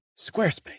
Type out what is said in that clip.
Squarespace